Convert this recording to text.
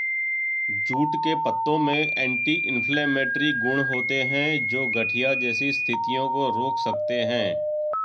jute के पत्तों में एंटी इंफ्लेमेटरी गुण होते हैं, जो गठिया जैसी स्थितियों को रोक सकते हैं